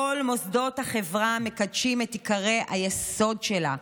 כל מוסדות החברה מקדשים את עיקרי היסוד שלה,